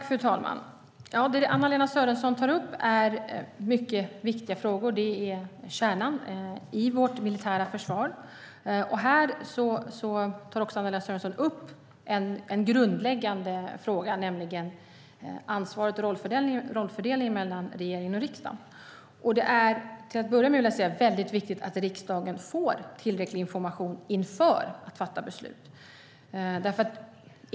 Fru talman! Det Anna-Lena Sörenson tar upp är mycket viktiga frågor. Det är kärnan i vårt militära försvar. Här tar också Anna-Lena Sörenson upp en grundläggande fråga, nämligen ansvaret och rollfördelningen mellan regeringen och riksdagen. Till att börja med vill jag säga att det är väldigt viktigt att riksdagen får tillräcklig information inför beslutsfattande.